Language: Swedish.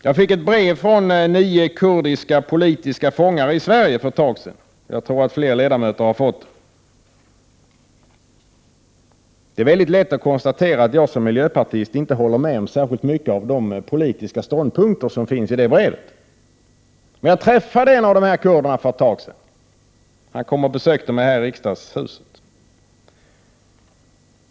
Jag fick ett brev från nio kurdiska politiska fångar i Sverige för ett tag sedan; jag tror att fler ledamöter har fått det. Det är väldigt lätt att konstatera att jag som miljöpartist inte håller med om särskilt många av de politiska ståndpunkter som finns i det brevet, men jag träffade en av kurderna för en tid sedan när han besökte mig här i riksdagshuset.